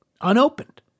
unopened